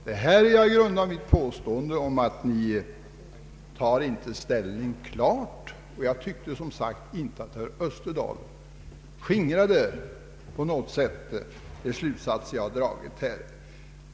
Det är härpå jag grundar mitt påstående att ni inte tar ställning klart. Jag tyckte inte att herr Österdahl på något sätt skingrade oklarheten, och jag har därför dragit dessa slutsatser.